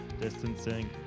Distancing